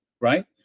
right